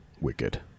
wicked